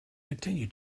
continue